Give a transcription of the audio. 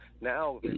now